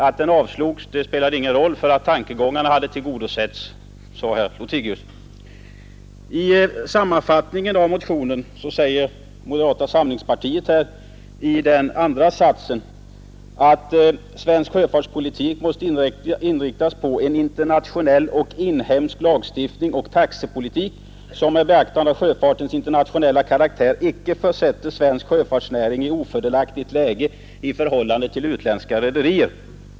Att den avslogs spelade ingen roll, för tankegångarna hade tillgodosetts, sade herr Lothigius. I andra satsen i motionens sammanfattning säger moderata samlingspartiet att svensk sjöfartspolitik måste inriktas på ”en internationell och inhemsk lagstiftning och taxepolitik som — med beaktande av sjöfartens internationella karaktär — icke försätter svensk sjöfartsnäring i ofördelaktigt läge i förhållande till utländska rederier”.